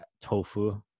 tofu